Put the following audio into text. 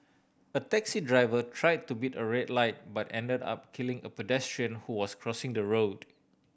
a taxi driver try to beat a red light but ended up killing a pedestrian who was crossing the road